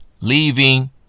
leaving